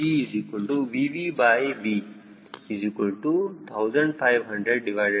GVVV15003